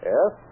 Yes